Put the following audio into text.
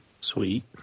sweet